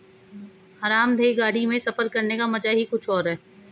आरामदेह गाड़ी में सफर करने का मजा ही कुछ और है